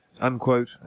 unquote